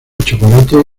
chocolate